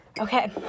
Okay